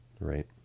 Right